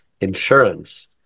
insurance